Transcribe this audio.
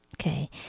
okay